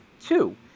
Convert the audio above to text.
two